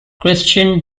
christian